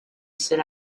sit